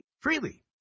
freely